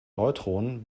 neutronen